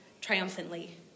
triumphantly